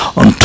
on